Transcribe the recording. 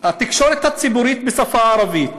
התקשורת הציבורית בשפה הערבית,